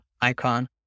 icon